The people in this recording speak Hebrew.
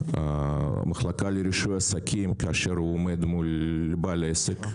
במחלקה לרישוי עסקים כאשר הוא עומד מול בעל עסק,